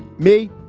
me.